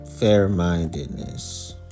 Fair-mindedness